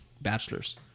bachelor's